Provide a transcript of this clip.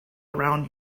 around